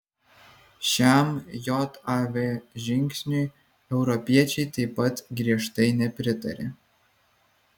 šiam jav žingsniui europiečiai taip pat griežtai nepritarė